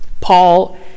Paul